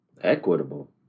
Equitable